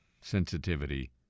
sensitivity